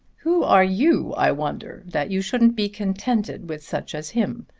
who are you, i wonder, that you shouldn't be contented with such as him?